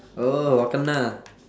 oh wa kena